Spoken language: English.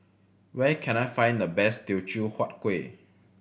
where can I find the best Teochew Huat Kueh